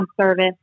service